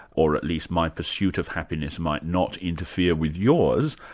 or at least my pursuit of happiness might not interfere with yours,